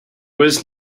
was